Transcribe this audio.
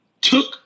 took